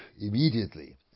immediately